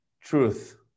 Truth